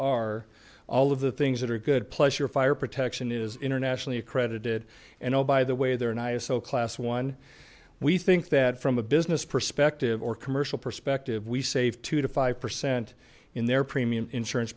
are all of the things that are good pleasure fire protection is internationally accredited and oh by the way they're nice so class one we think that from a business perspective or commercial perspective we save two to five percent in their premium insurance